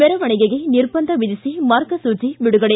ಮೆರವಣಿಗೆಗೆ ನಿರ್ಬಂಧ ವಿಧಿಸಿ ಮಾರ್ಗಸೂಚಿ ಬಿಡುಗಡೆ